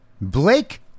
Blake